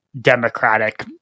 democratic